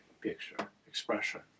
picture-expression